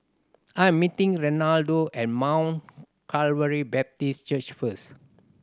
I am meeting Renaldo at Mount Calvary Baptist Church first